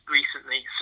recently